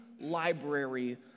library